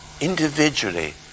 individually